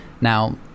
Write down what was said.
Now